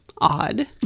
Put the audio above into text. odd